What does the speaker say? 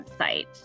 website